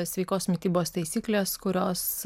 sveikos mitybos taisyklės kurios